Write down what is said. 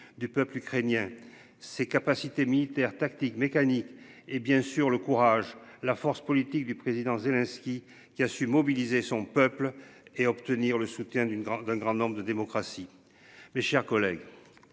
du peuple ukrainien ses capacités militaires tactiques mécanique et bien sûr le courage, la force politique du président Zelensky, qui a su mobiliser son peuple et obtenir le soutien d'une grande un grand nombre de démocratie. Mes chers collègues.